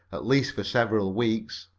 at least for several weeks.